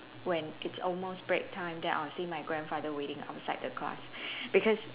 when it's almost break time then I'll see my grandfather waiting outside the class because